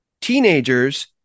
Teenagers